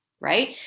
right